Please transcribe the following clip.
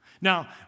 Now